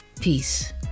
Peace